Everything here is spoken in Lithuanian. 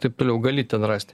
taip toliau gali ten rast